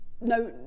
No